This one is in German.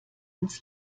ins